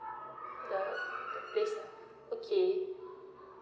the place ah okay